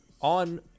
on